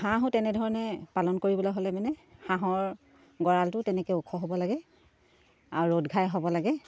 হাঁহো তেনেধৰণে পালন কৰিবলৈ হ'লে মানে হাঁহৰ গঁৰালটো তেনেকৈ ওখ হ'ব লাগে আৰু ৰ'দ ঘাই হ'ব লাগে